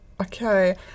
Okay